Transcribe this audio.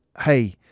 hey